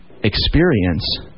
experience